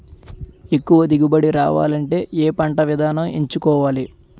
ఎక్కువ దిగుబడి రావాలంటే ఏ పంట విధానం ఎంచుకోవాలి?